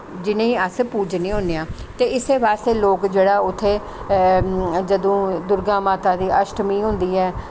जिनेंगी अस पूज़ने होन्ने आं ते इस्सै बास्तै लोग जेह्ड़ा उत्थें जदूं दुर्गा माता दी अश्टमी होंदी ऐ